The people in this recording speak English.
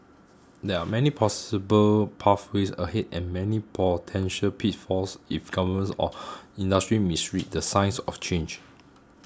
there are many possible pathways ahead and many potential pitfalls if governments or industry misread the signs of change